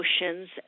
emotions